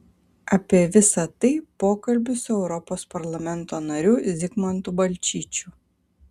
apie visai tai pokalbis su europos parlamento nariu zigmantu balčyčiu